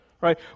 right